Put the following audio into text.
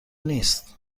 نیست